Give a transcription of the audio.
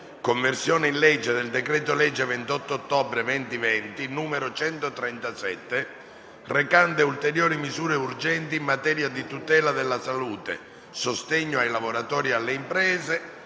«Conversione in legge del decreto-legge 28 ottobre 2020, n. 137, recante ulteriori misure urgenti in materia di tutela della salute, sostegno ai lavoratori e alle imprese,